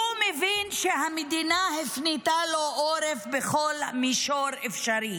הוא מבין שהמדינה הפנתה לו עורף בכל מישור אפשרי.